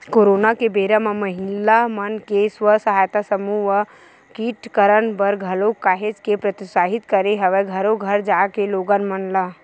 corona के बेरा म महिला मन के स्व सहायता समूह ह टीकाकरन बर घलोक काहेच के प्रोत्साहित करे हवय घरो घर जाके लोगन मन ल